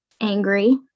angry